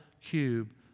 cube